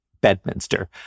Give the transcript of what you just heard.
Bedminster